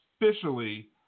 officially